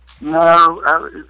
No